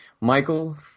Michael